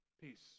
peace